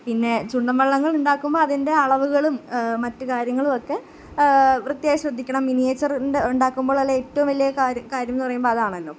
പിന്നെ ചുണ്ടൻവള്ളങ്ങൾ ഉണ്ടാക്കുമ്പോൾ അതിൻ്റെ അളവുകളും മറ്റു കാര്യങ്ങളുമൊക്കെ വൃത്തിയായി ശ്രദ്ധിക്കണം മിനിയേച്ചറിൻ്റെ ഉണ്ടാക്കുമ്പോൾ അതിൽ ഏറ്റുവും വലിയ കാര്യം കാര്യം എന്നു പറയുമ്പോൾ അതാണല്ലൊ